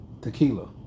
Tequila